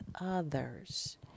others